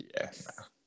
Yes